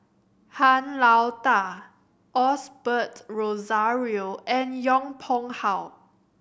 Han Lao Da Osbert Rozario and Yong Pung How